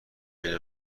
بین